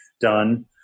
done